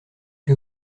que